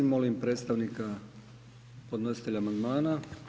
Molim predstavnika podnositelja amandmana